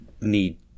need